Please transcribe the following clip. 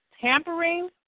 Tampering